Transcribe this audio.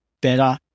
better